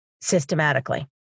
systematically